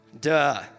Duh